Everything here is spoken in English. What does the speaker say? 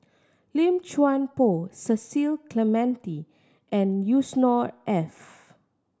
Lim Chuan Poh Cecil Clementi and Yusnor Ef